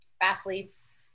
athletes